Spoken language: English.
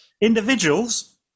Individuals